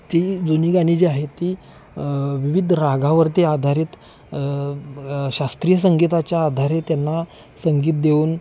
ती जुनी आणि जी आहे ती विविध रागावरती आधारित ब शास्त्रीय संगीताच्या आधारे त्यांना संगीत देऊन